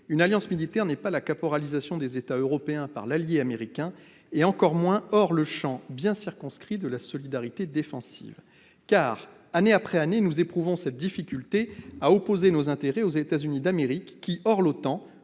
une alliance militaire n'est pas la caporalisation des États européens par l'allié américain, encore moins en dehors du champ bien circonscrit de la solidarité défensive. Car, année après année, nous éprouvons cette difficulté à opposer nos intérêts aux États-Unis d'Amérique, qui, hors l'Otan,